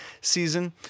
season